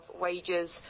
wages